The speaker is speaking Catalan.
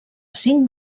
cinc